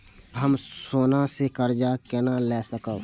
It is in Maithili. हम सोना से कर्जा केना लाय सकब?